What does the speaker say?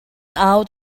out